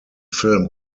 film